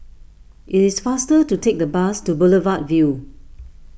it is faster to take the bus to Boulevard Vue